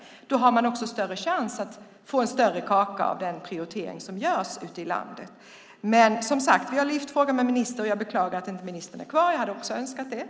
Därmed har man en större chans att få en större del av kakan när det gäller den prioritering som görs ute i landet. Som sagt: Vi har lyft fram frågan med ministern. Jag beklagar att ministern inte är kvar här i kammaren, vilket jag hade önskat.